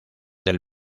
del